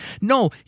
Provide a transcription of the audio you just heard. No